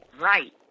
Right